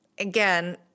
Again